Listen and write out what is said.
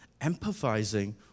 empathizing